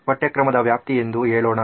ಪಠ್ಯಕ್ರಮದ ವ್ಯಾಪ್ತಿ ಎಂದೇ ಹೇಳೋಣ